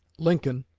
lincoln,